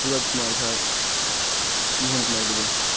Suraj Kumar Jha Mohan Kumar Dubey